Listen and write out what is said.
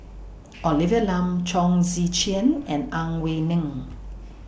Olivia Lum Chong Tze Chien and Ang Wei Neng